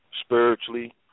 spiritually